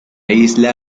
isla